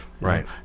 Right